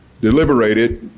deliberated